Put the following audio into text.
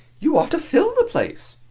you ought to fill the place.